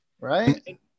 Right